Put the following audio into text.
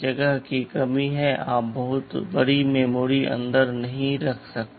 जगह की कमी है आप बहुत बड़ी मेमोरी अंदर नहीं रख सकते